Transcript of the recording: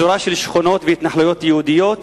בצורה של שכונות והתנחלויות יהודיות,